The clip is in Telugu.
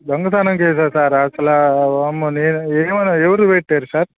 దొంగతనం కేసా సార్ అసలా వామ్మో నేను ఏమ ఎవరు పెట్టారు సార్